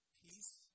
Peace